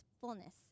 fullness